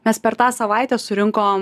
nes per tą savaitę surinkom